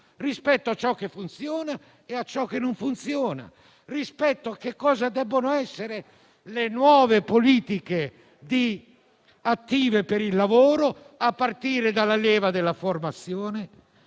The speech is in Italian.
astratto - su ciò che funziona e ciò che non funziona, nonché su cosa devono essere le nuove politiche attive per il lavoro, a partire dalla leva della formazione,